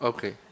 Okay